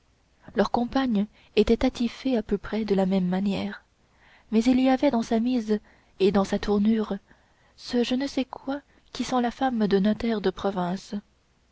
leur compagne était attifée à peu près de la même manière mais il y avait dans sa mise et dans sa tournure ce je ne sais quoi qui sent la femme de notaire de province